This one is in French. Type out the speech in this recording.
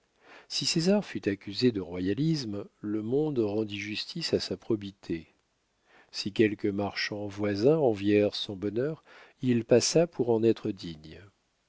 si césar fut accusé de royalisme le monde rendit justice à sa probité si quelques marchands voisins envièrent son bonheur il passa pour en être digne